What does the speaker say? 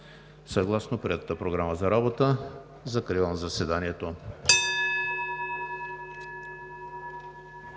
съгласно приетата Програма за работа. Закривам заседанието.